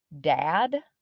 dad